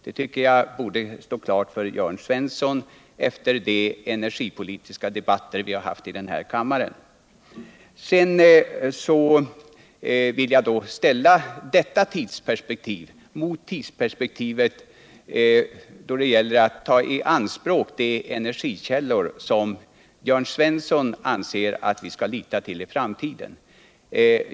Detta tycker jag borde stå klart för Jörn Svensson efter de energipohtiska debatter vi har fört i den här kammaren. Sedan vill tag ställa detta mot tidsperspektivet då det gäller att ta t anspråk de energikällor som Jörn Svensson anser att vi skall lita till i framtiden.